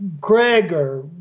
Gregor